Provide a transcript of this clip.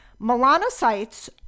Melanocytes